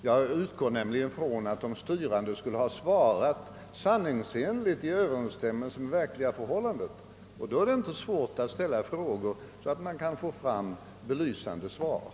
Jag utgår nämligen ifrån att de styrande skulle ha svarat sanningsenligt i överensstämmelse med verkliga förhållandet, och då är' det inte svårt att ställa sådana frågor, att man får belysande svar.